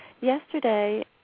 yesterday